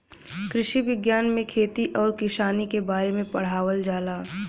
कृषि विज्ञान में खेती आउर किसानी के बारे में पढ़ावल जाला